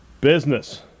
business